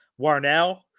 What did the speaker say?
Warnell